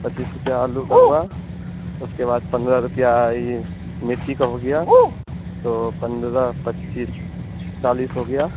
पच्चीस रुपया आलू का हुआ उसके बाद पन्द्रह रुपया यह मिर्ची का हो गया तो पन्द्रह पच्चीस चालीस हो गया